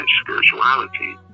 spirituality